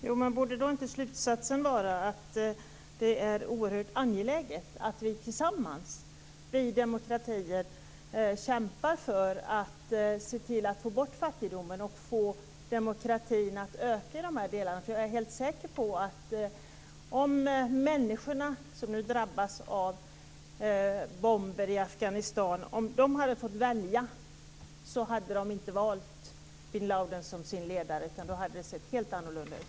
Fru talman! Borde då inte slutsatsen vara att det är oerhört angeläget att vi demokratier tillsammans kämpar för att se till att få bort fattigdomen och få demokratin att öka i dessa delar? Jag är helt säker på att de människor som nu drabbas av bomber i Afghanistan inte hade valt bin Ladin som sin ledare om de hade fått välja, utan då hade det sett helt annorlunda ut.